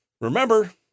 Remember